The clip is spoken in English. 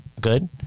good